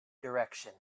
direction